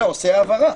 אלא עושה העברה.